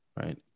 right